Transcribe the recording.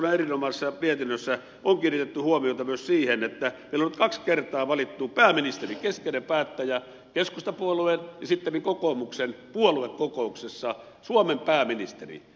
perustuslakivaliokunnan erinomaisessa mietinnössä on kiinnitetty huomiota myös siihen että meillä on nyt kaksi kertaa valittu pääministeri keskeinen päättäjä puoluekokouksessa keskustapuolueen ja sittemmin kokoomuksen puoluekokouksessa suomen pääministeri